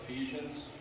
Ephesians